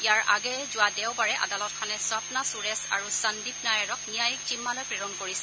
ইয়াৰ আগেয়ে যোৱা দেওবাৰে আদালতখনে স্বণ্ণা সূৰেশ আৰু সন্দীপ নায়াৰক ন্যায়িক জিম্মালৈ প্ৰেৰণ কৰিছিল